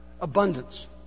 abundance